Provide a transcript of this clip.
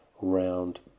round